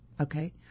Okay